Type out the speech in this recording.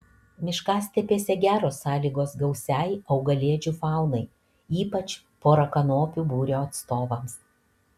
miškastepėse geros sąlygos gausiai augalėdžių faunai ypač porakanopių būrio atstovams